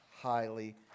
highly